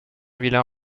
vilain